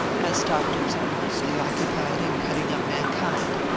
as doctors are mostly occupied in cutting up mankind.